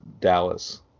Dallas